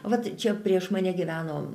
vat čia prieš mane gyveno